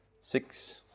six